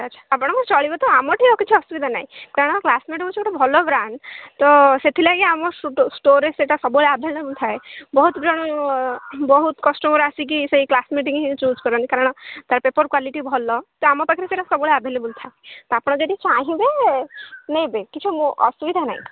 ଆଚ୍ଛା ଆଚ୍ଛା ଆପଣ ଚଳିବେ ତ ଆମଠି କିଛି ଅସୁବିଧା ନାହିଁ କାରଣ କ୍ଲାସମେଟ୍ ହେଉଛି ଗୋଟେ ଭଲ ବ୍ରାଣ୍ଡ୍ ତ ସେଥିଲାଗି ଆମ ଷ୍ଟୋର୍ରେ ସେଇଟା ସବୁବେଳେ ଆଭେଲେବୁଲ୍ ଥାଏ ବହୁତ ବହୁତ କଷ୍ଟମର୍ ଆସିକି ସେଇ କ୍ଲାସମେଟ୍ ହିଁ ଚୁଜ୍ କରନ୍ତି କାରଣ ତା'ର ପେପର୍ କ୍ଵାଲିଟି ଭଲ ତ ଆମ ପାଖରେ ସେଇଟା ସବୁବେଳେ ଆଭେଲେବୁଲ୍ ଥାଏ ତ ଆପଣ ଯଦି ଚାହିଁବେ ନେବେ କିଛି ଅସୁବିଧା ନାହିଁ